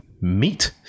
meat